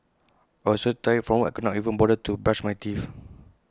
I was so tired from work I could not even bother to brush my teeth